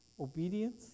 Obedience